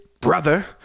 brother